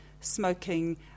smoking